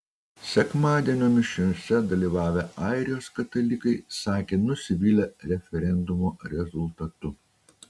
sekmadienio mišiose dalyvavę airijos katalikai sakė nusivylę referendumo rezultatu